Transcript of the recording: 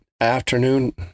Afternoon